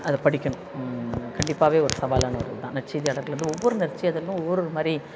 அதை படிக்கணும் கண்டிப்பாகவே ஒரு சவாலான ஒரு இது தான் நற்செய்தியாளர்கள் வந்து ஒவ்வொரு நற்செய்தியாளர்களும் ஒவ்வொருவரு மாதிரி